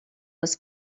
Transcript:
was